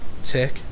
tick